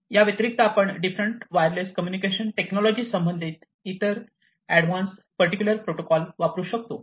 या व्यतिरिक्त आपण डिफरंट वायरलेस कम्युनिकेशन टेक्नॉलॉजी संबंधित इतर एडव्हान्स पर्टिक्युलर प्रोटोकॉल वापरू शकतो